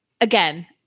Again